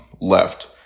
left